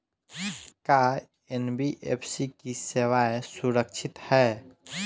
का एन.बी.एफ.सी की सेवायें सुरक्षित है?